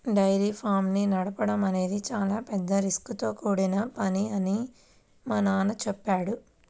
dairy farms ని నడపడం అనేది చాలా పెద్ద రిస్కుతో కూడుకొన్న పని అని మా నాన్న చెప్పాడు